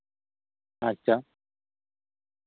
ᱟᱪᱪᱷᱟ